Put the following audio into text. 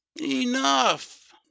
enough